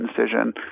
incision